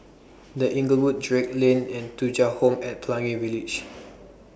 The Inglewood Drake Lane and Thuja Home At Pelangi Village